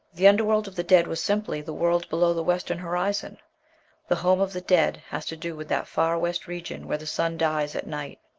the under-world of the dead was simply the world below the western horizon the home of the dead has to do with that far west region where the sun dies at night.